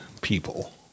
people